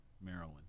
Maryland